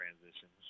transitions